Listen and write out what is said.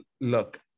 Look